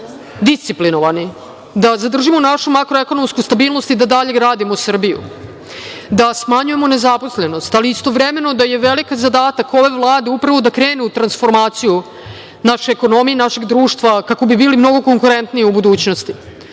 disciplinovani, da zadržimo našu makroekonomsku stabilnost i da dalje gradimo Srbiju, da smanjujemo nezaposlenost, ali istovremeno je veliki zadatak ove Vlade da krene u transformaciju naše ekonomije, našeg društva kako bi bili mnogo konkurentniji u budućnosti,